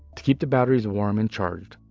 to keep the batteries warm and charged,